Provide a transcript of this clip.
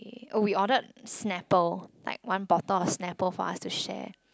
oh we ordered snapple like one bottle of snapple for us to share